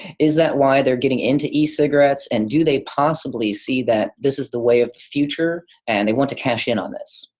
is that why they're getting into e-cigarettes and do they possibly see that this is the way of the future and they want to cash in on this?